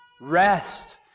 rest